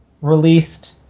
released